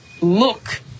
look